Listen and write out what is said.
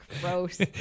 Gross